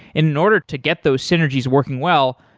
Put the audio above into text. in order to get those synergies working well,